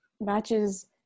matches